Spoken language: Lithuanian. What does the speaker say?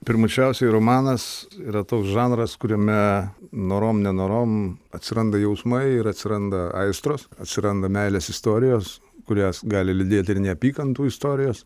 pirmučiausiai romanas yra toks žanras kuriame norom nenorom atsiranda jausmai ir atsiranda aistros atsiranda meilės istorijos kurias gali lydėti ir neapykantų istorijos